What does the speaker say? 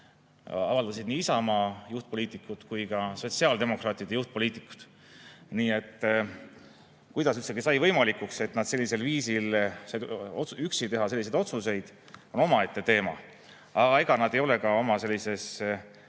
avaldasid nii Isamaa juhtpoliitikud kui ka sotsiaaldemokraatide juhtpoliitikud. Nii et kuidas üldsegi sai võimalikuks, et nad sellisel viisil said üksi teha selliseid otsuseid, on omaette teema. Aga ega nad ei ole ka oma sellises